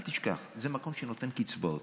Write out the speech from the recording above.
אל תשכח: זה מקום שנותן קצבאות,